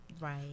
Right